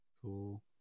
Cool